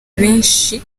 benshi